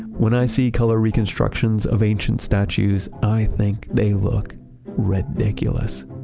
when i see color reconstructions of ancient statues, i think they look ridiculous.